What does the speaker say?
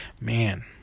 Man